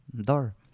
door